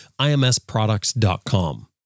IMSproducts.com